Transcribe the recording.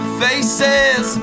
faces